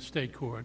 the state court